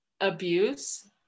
abuse